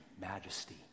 majesty